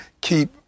Keep